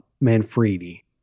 Manfredi